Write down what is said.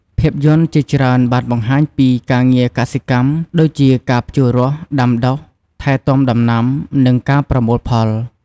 ភាពយន្តជាច្រើនបានបង្ហាញពី ការងារកសិកម្ម ដូចជាការភ្ជួររាស់ ដាំដុះ ថែទាំដំណាំ និងការប្រមូលផល។